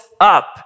up